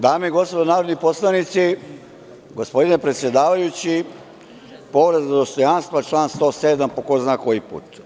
Dame i gospodo narodni poslanici, gospodine predsedavajući povreda dostojanstva, član 107. po ko zna koji put.